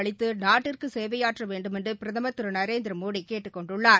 அளித்துநாட்டிற்குசேவையாற்றவேண்டுமென்றுபிரதமர் திருநரேந்திரமோடிகேட்டுக் கொண்டுள்ளார்